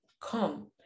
come